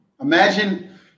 Imagine